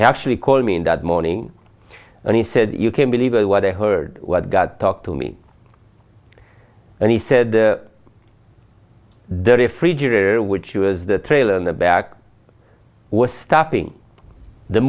actually called me that morning and he said you can believe what i heard god talk to me and he said the refrigerator which was the trailer in the back was stopping the